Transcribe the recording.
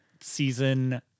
Season